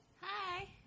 Hi